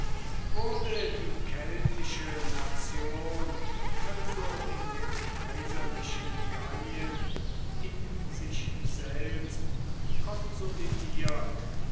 wurde die keltische nation also in dem kaiserlichen gallien in sich selbst konsolidiert